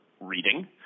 reading